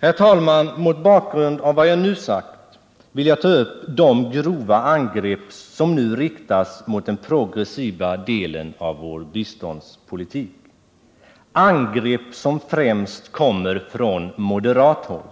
Herr talman! Mot bakgrund av vad jag nu sagt vill jag ta upp de grova angrepp som riktas mot den progressiva delen av vår biståndspolitik — angrepp som främst kommer från moderat håll.